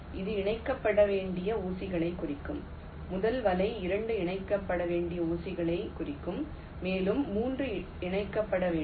இது இணைக்கப்பட வேண்டிய ஊசிகளைக் குறிக்கும் முதல் வலை 2 இணைக்கப்பட வேண்டிய ஊசிகளைக் குறிக்கும் மேலும் 3 இணைக்கப்பட வேண்டும்